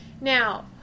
Now